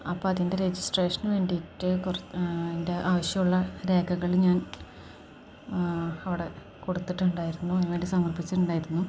അപ്പോള് അതിൻ്റെ രജിസ്ട്രേഷനു വേണ്ടിയിട്ട് അതിൻ്റെ ആവശ്യമുള്ള രേഖകള് ഞാൻ അവിടെ കൊടുത്തിട്ടുണ്ടായിരുന്നു അതിനുവേണ്ടി സമർപ്പിച്ചിട്ടുണ്ടായിരുന്നു